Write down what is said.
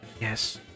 Yes